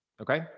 Okay